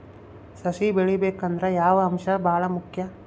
ಸಸಿ ಬೆಳಿಬೇಕಂದ್ರ ಯಾವ ಅಂಶ ಭಾಳ ಮುಖ್ಯ?